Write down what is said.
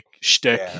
shtick